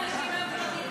מה אתה קופץ?